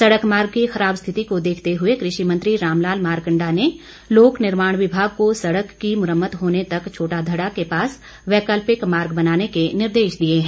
सड़क मार्ग की खराब स्थिति को देखते हुए कृषि मंत्री रामलाल मारकंडा ने लोक निर्माण विभाग को सड़क की मुरम्मत होने तक छोटा दड़ा के पास वैकल्पिक मार्ग बनाने के निर्देश दिए हैं